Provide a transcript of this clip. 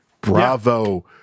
Bravo